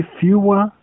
fewer